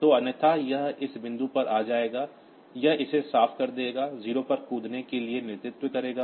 तो अन्यथा यह इस बिंदु पर आ जाएगा यह इसे साफ कर देगा 0 पर जंपने के लिए नेतृत्व करना